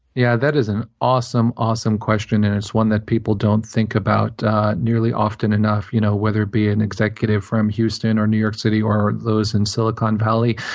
yeah, that is an awesome, awesome question, and it's one that people don't think about nearly often enough, you know whether it be an executive from houston or new york city or those in silicon valley.